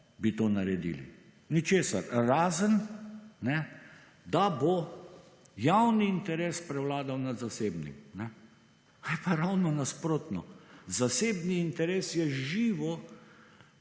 bi to naredili, ničesar, razen da bo javni interes prevladal nad zasebnim ali pa ravno nasprotno, zasebni interes je živo